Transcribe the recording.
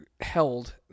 held